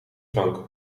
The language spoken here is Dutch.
frank